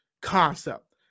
concept